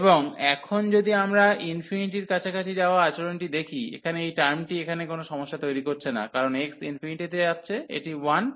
এবং এখন যদি আমরা এর কাছাকাছি যাওয়া আচরণটি দেখি এখানে এই টার্মটি এখানে কোন সমস্যা তৈরি করছে না কারণ x তে যাচ্ছে এটি 1